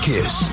Kiss